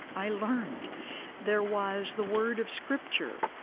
i learned there was the word of scripture,